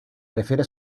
prefiere